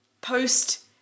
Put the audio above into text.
post